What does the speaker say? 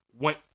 went